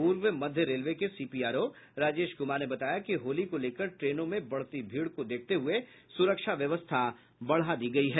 पूर्व मध्य रेलवे के सीपीआरओ राजेश कुमार ने बताया कि होली को लेकर ट्रेनों में बढ़ती भीड़ को देखते हुए सुरक्षा व्यवस्था बढ़ा दी गयी है